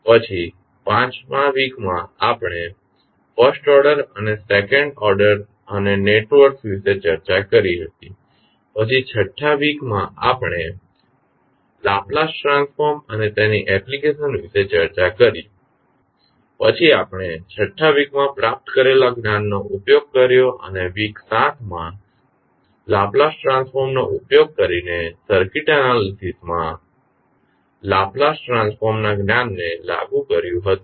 પછી 5 માં વીકમાં આપણે ફર્સ્ટ ઓર્ડર અને સેકન્ડ ઓર્ડર અને નેટવર્ક્સ વિશે ચર્ચા કરી હતી પછી છઠ્ઠા વીકમા આપણે લાપ્લાસ ટ્રાન્સફોર્મ અને તેની એપ્લિકેશન વિશે ચર્ચા કરી પછી આપણે છઠ્ઠા વીકમાં પ્રાપ્ત કરેલા જ્ઞાનનો ઉપયોગ કર્યો અને વીક 7 માં લાપ્લાસ ટ્રાન્સફોર્મનો ઉપયોગ કરીને સર્કિટ એનાલીસીસ માં લાપ્લાસ ટ્રાન્સફોર્મના જ્ઞાનને લાગુ કર્યુ હતુ